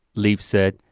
leaf said.